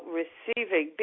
receiving